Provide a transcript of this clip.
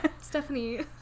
Stephanie